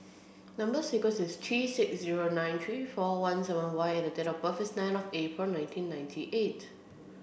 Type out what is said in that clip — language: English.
number sequence is T six zero nine three four one seven Y and date of birth is nine of April nineteen ninety eight